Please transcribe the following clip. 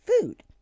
food